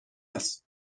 است